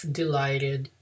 delighted